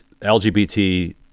LGBT